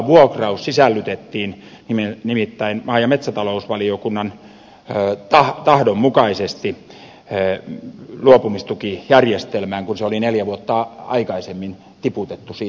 peltomaavuokraus sisällytettiin nimittäin maa ja metsätalousvaliokunnan tahdon mukaisesti luopumistukijärjestelmään kun se oli neljä vuotta aikaisemmin tiputettu siitä pois